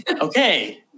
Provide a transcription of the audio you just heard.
okay